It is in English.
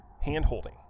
hand-holding